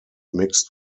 mixed